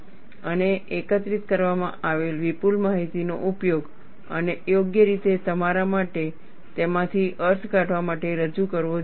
અને એકત્રિત કરવામાં આવેલ વિપુલ માહિતીનો ઉપયોગ અને યોગ્ય રીતે તમારા માટે તેમાંથી અર્થ કાઢવા માટે રજૂ કરવો જરૂરી છે